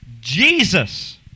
Jesus